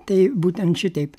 tai būtent šitaip